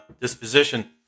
disposition